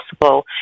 possible